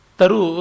Taru